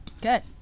good